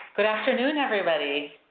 good afternoon everybody.